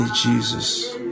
Jesus